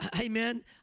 Amen